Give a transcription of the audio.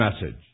message